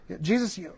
Jesus